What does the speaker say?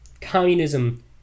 communism